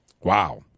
wow